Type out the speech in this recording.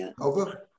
over